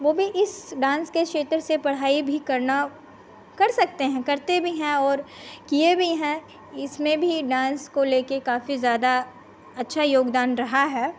वह भी इस डान्स के क्षेत्र से पढ़ाई भी करना कर सकते हैं करते भी हैं और किए भी हैं इसमें भी डान्स को लेकर काफ़ी ज़्यादा अच्छा योगदान रहा है